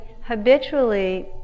habitually